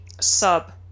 sub